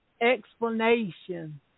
Explanation